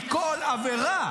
מכל עבירה,